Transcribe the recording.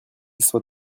soir